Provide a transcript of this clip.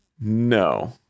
no